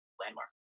Landmark